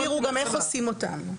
תיכף יסבירו גם איך עושים אותן.